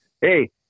Hey